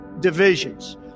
divisions